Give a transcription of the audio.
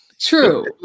True